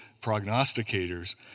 Prognosticators